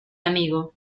amigo